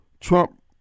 trump